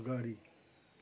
अगाडि